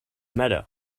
matter